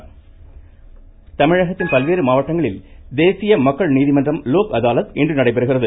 லோக் அதாலத் தமிழகத்தின் பல்வேறு மாவட்டங்களில் தேசிய மக்கள் நீதிமன்றம் லோக் அதாலத் இன்று நடைபெறுகிறது